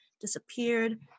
Disappeared